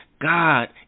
God